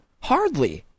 Hardly